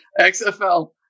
xfl